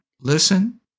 Listen